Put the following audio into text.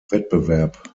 wettbewerb